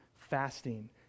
fasting